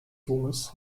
domes